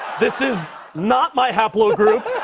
this is not my haplogroup.